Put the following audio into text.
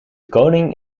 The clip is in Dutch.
koning